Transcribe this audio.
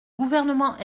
gouvernement